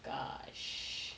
gosh